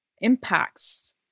impacts